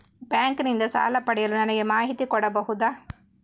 Bank ನಿಂದ ಸಾಲ ಪಡೆಯಲು ನನಗೆ ಮಾಹಿತಿ ಕೊಡಬಹುದ?